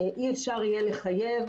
אי-אפשר יהיה לחייב,